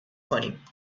کنیم